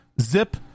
zip